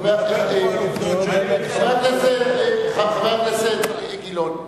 חבר הכנסת גילאון,